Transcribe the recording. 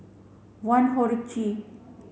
one HORCI